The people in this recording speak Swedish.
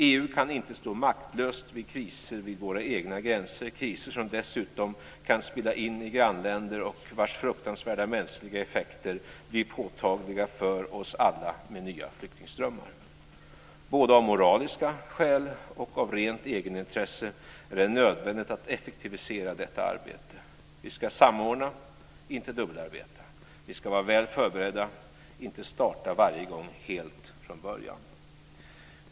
EU kan inte stå maktlöst vid kriser vid våra egna gränser, kriser som dessutom kan spilla in i grannländer och vars fruktansvärda mänskliga effekter blir påtagliga för oss alla med nya flyktingströmmar. Både av moraliska skäl och av rent egenintresse är det nödvändigt att effektivisera detta arbete. Vi ska samordna, inte dubbelarbeta. Vi ska vara väl förberedda, inte starta varje gång helt från början.